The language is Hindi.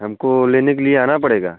हमको लेने के लिए आना पड़ेगा